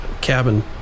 cabin